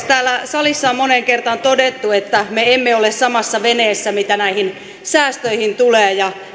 täällä salissa on moneen kertaan todettu että me emme ole samassa veneessä mitä näihin säästöihin tulee ja